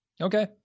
okay